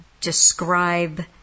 describe